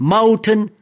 Mountain